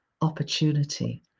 opportunity